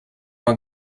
uma